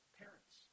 parents